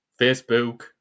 Facebook